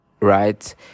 right